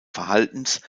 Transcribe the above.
verhaltens